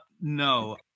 no